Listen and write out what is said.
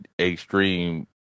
extreme